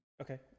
Okay